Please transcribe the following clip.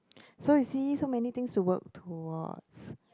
so you see so many things to work towards